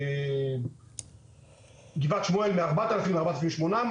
בגבעת שמואל מ-4,000 ל-4,800,